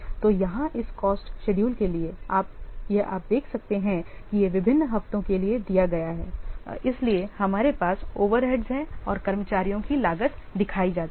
तो यहाँ इस कॉस्ट शेडूल के लिए यह आप देख सकते हैं कि यह विभिन्न हफ्तों के लिए दिया गया है इसलिए हमारे पास ओवरहेड्स हैं और कर्मचारियों की लागत दिखाई जाती है